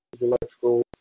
electrical